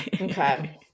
okay